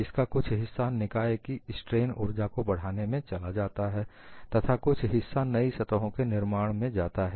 इसका कुछ हिस्सा निकाय की स्ट्रेन ऊर्जा को बढ़ाने में चला जाता है तथा कुछ हिस्सा नई सतहों के निर्माण में आता है